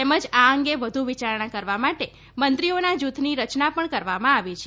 તેમજ આ અંગે વધુ વિચારણા કરવા માટે મંત્રીઓના જૂથની રચના પણ કરવામાં આવી છે